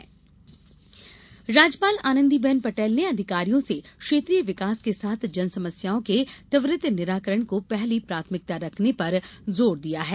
राज्यपाल राज्यपाल आनंदीबेन पटेल ने अधिकारियों से क्षेत्रिय विकास के साथ जनसमस्याओं के त्वरित निराकरण को पहली प्राथमिकता रखने पर जोर दिया है